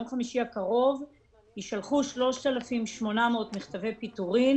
ביום חמישי הקרוב יישלחו 3,800 מכתבי פיטורים